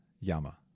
yama